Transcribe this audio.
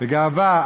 בגאווה.